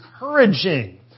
encouraging